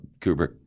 Kubrick